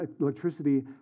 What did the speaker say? Electricity